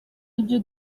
ibyo